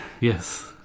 Yes